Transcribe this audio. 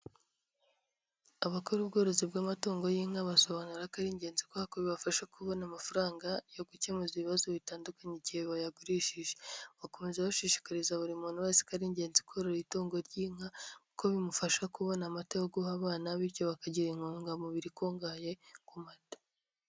Abakora ubworozi bw'amatungo y'inka basobanura ko ari ingenzi kwa kubera ko bibafasha kubona amafaranga yo gukemura ibibazo bitandukanye igihe bayagurishije, bakomeza bashishikariza buri muntu wese ko ari ingenzi korora itungo ry'inka kuko bimufasha kubona amata yo guha abana bityo bakagira intungamubiri ikungahaye ku mata.